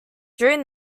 during